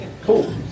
cool